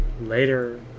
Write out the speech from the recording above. Later